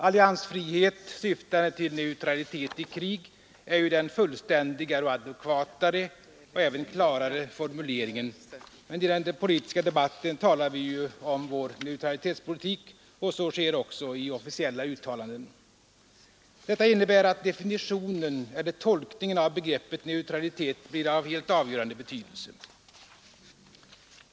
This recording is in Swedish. Alliansfrihet syftande till neutralitet i krig är ju den fullständigare, adekvatare och klarare formuleringen, men i den politiska debatten talar vi ju om vår neutralitetspolitik, och så sker också i officiella uttalanden. Detta innebär att tolkningen av begreppet neutralitet blir av helt avgörande betydelse.